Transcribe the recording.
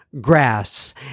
grass